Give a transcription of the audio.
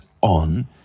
on